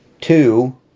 Two